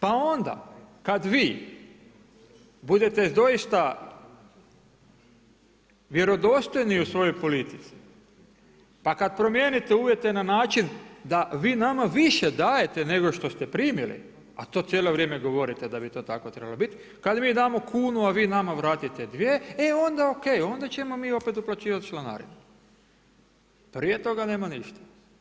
Pa onda kad vi budete doista vjerodostojni u svojoj politici, pa kad promijenite uvjete na način da vi nama više dajete nego što ste primili, a to cijelo vrijeme govorite da bi to tako trebalo biti kad mi damo kunu, a vi nama vratite dvije, e onda o.k. Onda ćemo mi opet uplaćivat članarinu, prije toga nema ništa.